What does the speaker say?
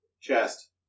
chest